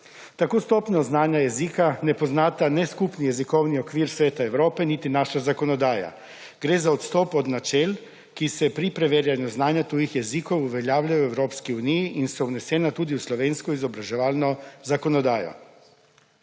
Tako stopnjo znanja jezika ne poznata ne skupni jezikovni okvir Sveta Evrope niti naša zakonodaja. Gre za odstop od načel, ki se pri preverjanju znanja tujih jezikov uveljavljajo v Evropski uniji in so vnesena tudi v slovensko izobraževalno zakonodajo.